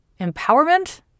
empowerment